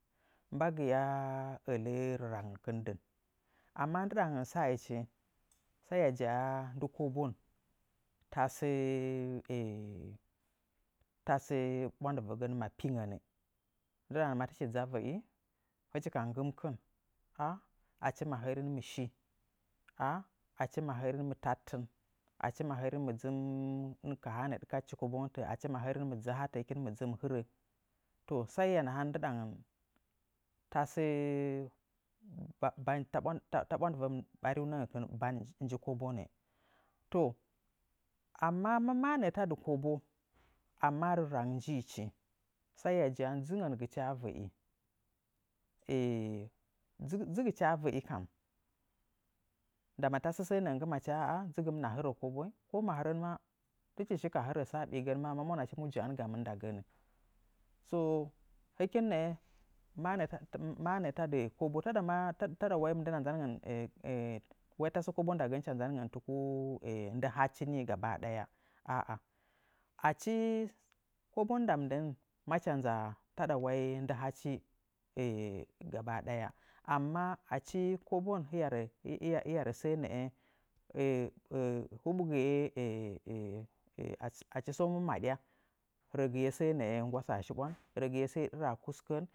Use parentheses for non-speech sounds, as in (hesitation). Mbagɨya ələ rarangngəkɨn dɨn amma ndɨɗangən sa'echi, sai hiya ja'a ndɨ kobon tasə (hesitation) tasə ɓwandɨvəgən ma pingənnɨ ndɨɗangən ma tɨchi dzɨ a vəi hɨchi ka nggɨmkɨn (hesitation) achi mahərin mɨshi, (hesitation) achi mahərin mɨ tadɨtɨn, ahci mahərin mɨ dzɨ (hesitation) ka haa nəə ɗɨkadɨchi kobongən, achi mahərin mɨ dzɨ mɨ hɨrə. Ndɨɗa ngənta ɓwandɨvə bariunəngən dzɨ bannɨ. Amma ma maa nəə tadɨ kobo, ammararang njiichi sai hiya nahan dzɨgɨchi a vəi. (hesitation) dzɨgɨchi a vəi kam ndama tasə səə nəə nggɨmachi ahah dzɨgɨmɨna hɨrə kobonyi, ko mahɨrən maa tichi shi ka hɨrə sə a ɓiyigən, ma mwanachi “mu ja'an gamɨn ndagənnɨ? So, hɨkin nəə tadɨ kobo taɗa (hesitation) wai mɨndəna nzanngən (hesitation) wai tasə kobon ndagən hɨcha nzanngən tuku ndɨ hachi nii gaba ɗaya. Achi kobon nda mɨnɗan macha nza wai ndɨ hachi (hesitation) gaba ɗaya. Amma achi kobon hiya hiyra rə səə nəə (hesitation) hɨɓgɨye (hesitation) achi səngu mɨ maɗya rəgɨye səə nəə nagwasaa shiɓwan, rəgiye səə ɗɨraa kuskən